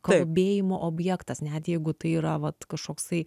kalbėjimo objektas net jeigu tai yra vat kažkoksai